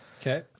Okay